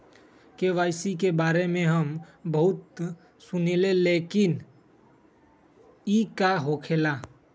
KYC के बारे में हम बहुत सुनीले लेकिन इ का होखेला?